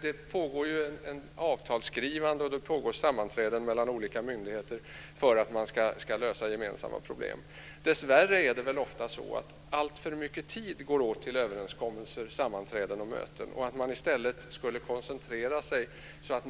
Det pågår ju ett avtalsskrivande och ett sammanträdande mellan olika myndigheter för lösande av gemensamma problem. Dessvärre är det väl ofta så att det går åt alltför mycket tid till överenskommelser, sammanträden och möten. I stället borde man koncentrera sig så att